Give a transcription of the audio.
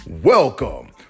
Welcome